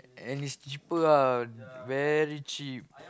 and is cheaper ah very cheap